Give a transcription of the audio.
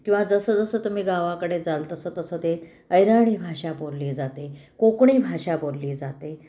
किंवा जसंजसं तुम्ही गावाकडे जाल तसं तसं ते अहिराणी भाषा बोलली जाते कोकणी भाषा बोलली जाते